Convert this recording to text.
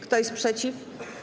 Kto jest przeciw?